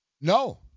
No